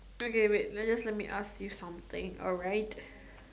okay wait let let me just ask you something alright